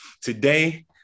today